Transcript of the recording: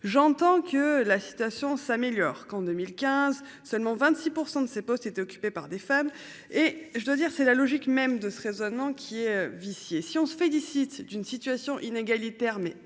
j'entends que la situation s'améliore, qu'en 2015, seulement 26% de ces postes étaient occupés par des femmes et je dois dire, c'est la logique même de ce raisonnement qui est vicié, si on se félicite d'une situation inégalitaire, mais un peu